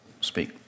speak